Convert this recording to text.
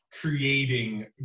creating